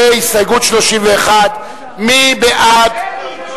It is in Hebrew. בהסתייגות 31. מי בעד?